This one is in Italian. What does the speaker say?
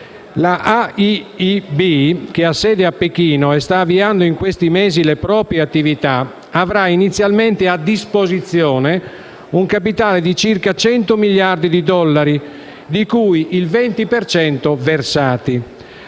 La AIIB, che ha sede a Pechino e sta avviando in questi mesi le proprie attività, avrà inizialmente a disposizione un capitale di circa 100 miliardi di dollari, di cui il 20 per